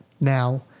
now